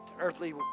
Earthly